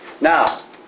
Now